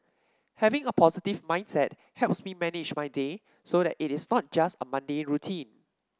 having a positive mindset helps me manage my day so that it is not just a mundane routine